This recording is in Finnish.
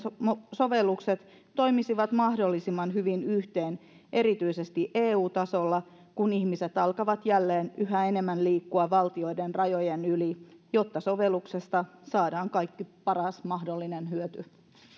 sovellukset toimisivat mahdollisimman hyvin yhteen erityisesti eu tasolla kun ihmiset alkavat jälleen yhä enemmän liikkua valtioiden rajojen yli jotta sovelluksesta saadaan paras mahdollinen hyöty